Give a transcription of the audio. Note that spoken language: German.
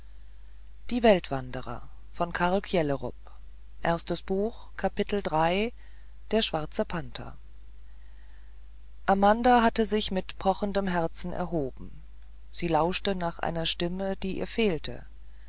der schwarze panther amanda hatte sich mit pochendem herzen erhoben sie lauschte nach einer stimme die ihr fehlte